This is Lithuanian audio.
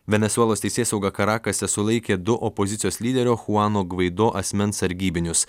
venesuelos teisėsauga karakase sulaikė du opozicijos lyderio chuano gvaido asmens sargybinius